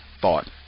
thought